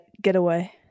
getaway